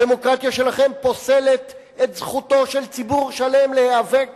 הדמוקרטיה שלכם פוסלת את זכותו של ציבור שלם להיאבק